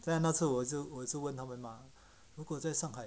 好像那次我也是我也是问他们 mah 如果在上海